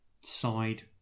side